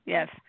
Yes